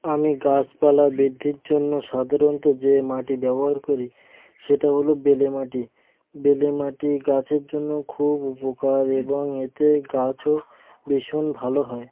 আমি গাছপালা বৃদ্ধির জন্য সাধারণত যে মাটি ব্যবহার করি সেটা হলো বেলে মাটি বেলে মাটি গাছের জন্যও খুব উপকার এবং এতে গাছও ভীষণ ভালো হয়